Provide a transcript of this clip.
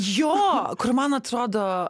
jo kur man atrodo